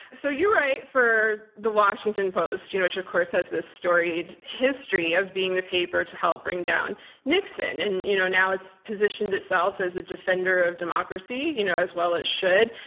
so you write for the washington post, you know which of course has this storied history of being the paper to help bring down nixon, and you know now it's positioned itself as a defender of democracy, you know as well it should,